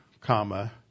comma